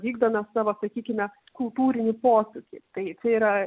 vykdome savo sakykime kultūrinį posūkį tai čia yra